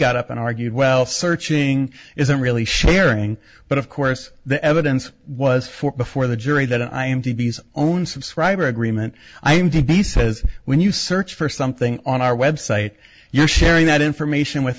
got up and argued well searching isn't really sharing but of course the evidence was before the jury that i am d b s own subscriber agreement i am to be says when you search for something on our website you're sharing that information with